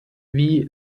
wie